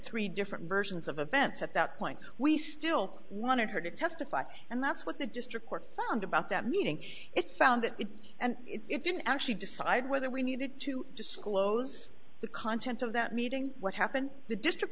three different versions of events at that point we still wanted her to testify and that's what the district court found about that meeting it found it and it didn't actually decide whether we needed to disclose the content of that meeting what happened the district